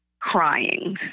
crying